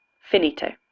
Finito